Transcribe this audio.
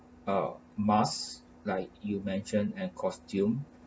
uh mask like you mention and costume